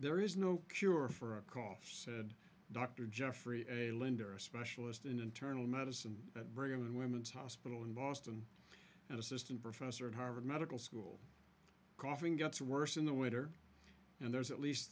there is no cure for a cough said dr jeffrey a lender a specialist in internal medicine at brigham and women's hospital in boston and assistant professor at harvard medical school coughing gets worse in the winter and there's at least